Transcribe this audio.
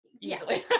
easily